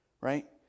Right